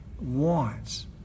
wants